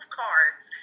cards